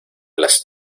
las